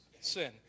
sin